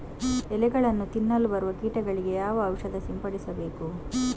ಎಲೆಗಳನ್ನು ತಿನ್ನಲು ಬರುವ ಕೀಟಗಳಿಗೆ ಯಾವ ಔಷಧ ಸಿಂಪಡಿಸಬೇಕು?